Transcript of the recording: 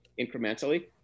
incrementally